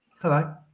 hello